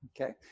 Okay